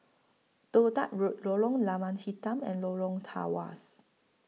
Toh Tuck Road Lorong Lada Hitam and Lorong Tawas